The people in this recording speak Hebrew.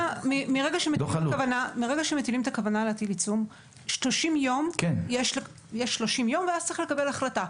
מרגע שמודיעים על הכוונה להטיל עיצום יש 30 ימים ואז צריך לקבל החלטה.